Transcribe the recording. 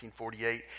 1948